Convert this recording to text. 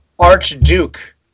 archduke